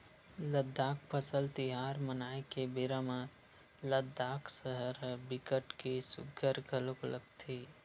लद्दाख फसल तिहार मनाए के बेरा म लद्दाख सहर ह बिकट के सुग्घर घलोक लगथे